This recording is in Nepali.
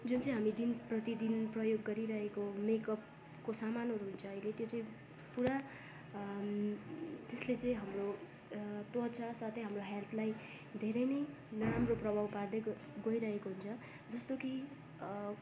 जुन चाहिँ हामी दिन प्रतिदिन प्रयोग गरिरहेको मेकअपको सामानहरू हुन्छ अहिले त्यो चाहिँ पुरा त्यसले चाहिँ हाम्रो त्वचा साथै हाम्रो हेल्थलाई धेरै नै नराम्रो प्रभाव पार्दै गइ गइरहेको हुन्छ जस्तो कि